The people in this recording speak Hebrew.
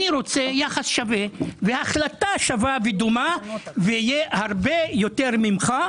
אני רוצה יחס שווה והחלטה שווה ודומה ויהיה הרבה יותר ממך,